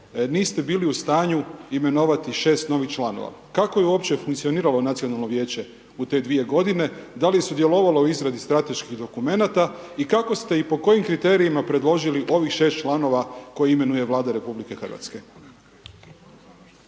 niste bili u stanju imenovati 6 novih članova. Kako je uopće funkcioniralo Nacionalno vijeće u te dvije godine? Da li je sudjelovalo u izradi strateških dokumenata i kako ste i po kojim kriterijima preložili ovih 6 članova koje imenuje Vlada RH?